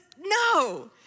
no